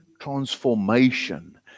transformation